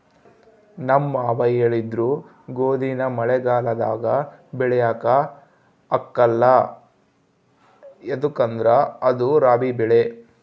ನಮ್ ಮಾವ ಹೇಳಿದ್ರು ಗೋದಿನ ಮಳೆಗಾಲದಾಗ ಬೆಳ್ಯಾಕ ಆಗ್ಕಲ್ಲ ಯದುಕಂದ್ರ ಅದು ರಾಬಿ ಬೆಳೆ